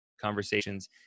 conversations